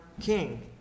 king